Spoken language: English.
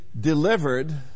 delivered